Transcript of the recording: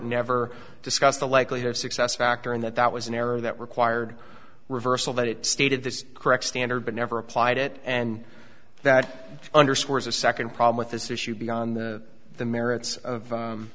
never discussed the likelihood of success factor in that that was an error that required reversal that it stated this correct standard but never applied it and that underscores a second problem with this issue beyond the the merits of